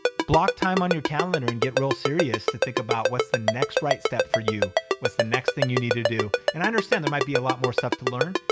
block time on your calendar and get real serious to think about what's the next right step for you. what's the next thing you need to do? and i understand there might be a lot more stuff to learn.